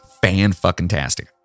fan-fucking-tastic